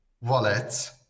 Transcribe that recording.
wallets